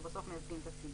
שבסוף מייצגים את הציבור.